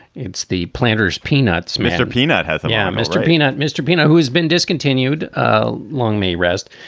it's the planter's peanuts. mr. peanut haythem. yeah mr. peanut. mr. peanut, who has been discontinued. ah long may rest,